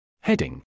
Heading